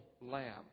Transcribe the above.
lamb